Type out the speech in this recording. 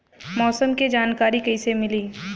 मौसम के जानकारी कैसे मिली?